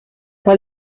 pas